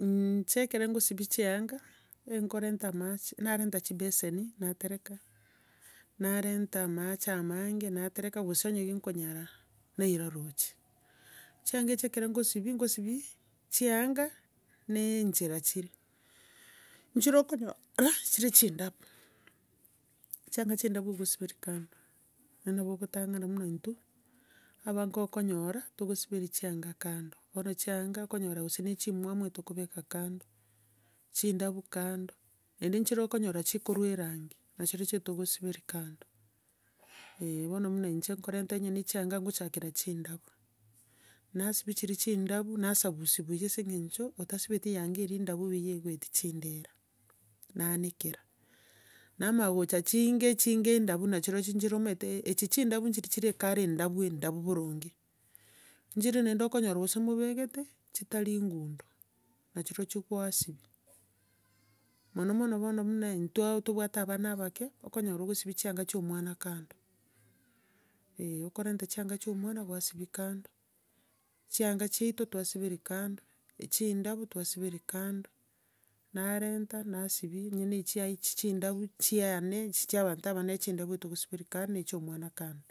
Nche ekero nkosibia chianga, ekorenta amache narenta chibeseni natereka, narenta amache amange natereka, gose onye kikonyara naira roche. Chianga echi ekero nkosibia, nkosibia, chianga, na enchera chire, nchire okonyora, chire chindabu, chianga chindabu okosiberia kando, naende nabo ogotang'ana buna intwe, abange okonyora, togosiberia chianga kando, bono chianga, okonyora gose na echimwamu etokobeka kando chindabu kando, naende nchire okonyora chikorwa erangi, nachirochio etogosiberia kando, eh bono buna inche nkorenta onya na echianga nkochakera chindabu. Nasibia chiri chindabu, nasabusaia buya ase eng'encho, otasibetie yanga eri ndabu buya egoetia chindera, naanekera, namanya gocha chinge chinge ndabu nachirochio nchire omanyete echi chindabu nchiri chire ekara endabu endabu boronge. Nchire naende okonyora gose mobekete chitari gundo, nachirochio kwasibia mono mono buna intwe tobwate abana abake, okonyora okosibia chianga cha omwana kando, okorenta chianga chia omwana gwasibia kando, chianga chiato twasiberia kando, chindabu twasiberia kando, narenta nasibia onya na echiaye echi chindabu, chiane, echi chia abanto abanene chindabu etogosiberia kando na echia omwana kando.